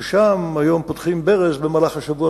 ששם היום פותחים ברז במהלך השבוע,